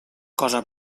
cosa